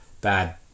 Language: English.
bad